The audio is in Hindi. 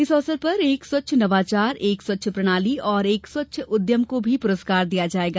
इस अवसर पर एक स्वच्छ नवाचार एक स्वच्छ प्रणाली और एक स्वच्छ उद्यम को भी पुरस्कांर दिया जाएगा